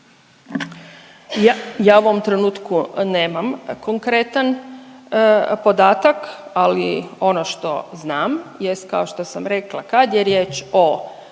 ja u ovom trenutku nemam konkretan podatak, ali ono što znam jest kao što sam rekla, kad je riječ o